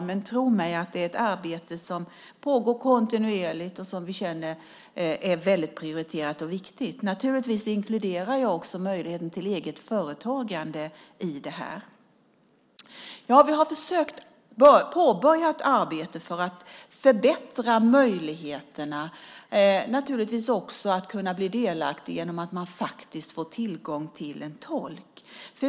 Men tro mig, det är ett arbete som pågår kontinuerligt och som vi känner är väldigt prioriterat och viktigt. Naturligtvis inkluderar jag också möjligheten till eget företagande i detta. Vi har försökt påbörja ett arbete för att förbättra möjligheterna för döva och hörselskadade att kunna bli delaktiga genom att de faktiskt får tillgång till en tolk.